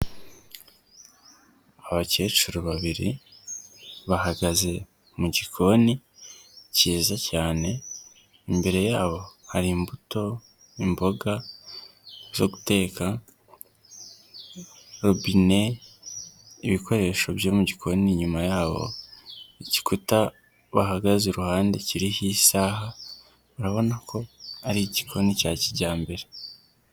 Abakecuru babiri bahagaze mu gikoni kiza cyane, imbere yabo hari imbuto, imboga zo guteka, robine, ibikoresho byo mu gikoni inyuma yabo. Igikuta bahagaze iruhande kiriho isaha urabona ko ari igikoni cya kijyambere.